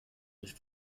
sich